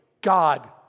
God